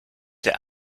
der